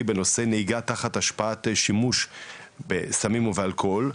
בנושא נהיגה תחת השפעת שימוש בסמים ואלכוהול.